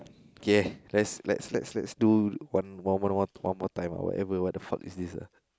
okay let's let's let's let's let's do one one one one one more time ah whatever what the fuck is this ah